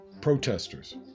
protesters